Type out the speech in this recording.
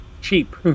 cheap